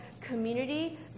community